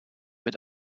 mit